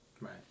Right